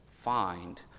find